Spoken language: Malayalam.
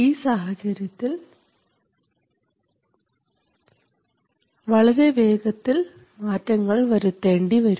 ഈ സാഹചര്യത്തിൽ വളരെ വേഗത്തിൽ മാറ്റങ്ങൾ വരുത്തേണ്ടി വരും